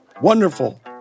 wonderful